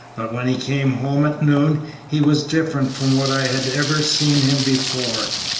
but when he came home at noon he was different from what i had ever seen him before.